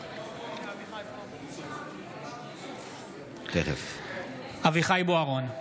(קורא בשמות חברי הכנסת) אביחי אברהם בוארון,